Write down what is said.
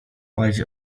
palić